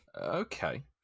Okay